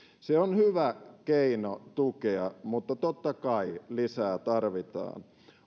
se on hyvä keino tukea mutta totta kai lisää tarvitaan